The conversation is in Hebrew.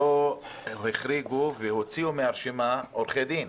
הוציאו מהרשימה, כלומר לא החריגו, עורכי דין,